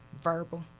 verbal